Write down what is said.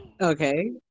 okay